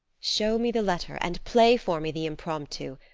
show me the letter and play for me the impromptu.